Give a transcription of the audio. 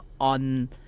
on